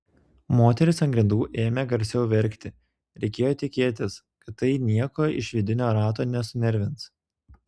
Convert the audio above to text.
moteris ant grindų ėmė garsiau verkti reikėjo tikėtis kad tai nieko iš vidinio rato nesunervins